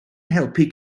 helpu